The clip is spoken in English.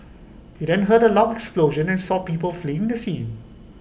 he then heard A loud explosion and saw people fleeing the scene